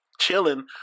Chilling